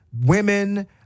women